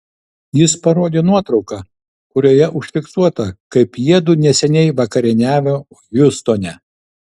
jis parodė nuotrauką kurioje užfiksuota kaip jiedu neseniai vakarieniavo hjustone